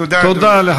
תודה, אדוני היושב-ראש.